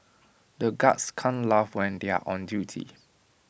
the guards can't laugh when they are on duty